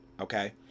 Okay